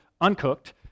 uncooked